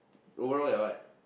overall get what